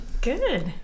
Good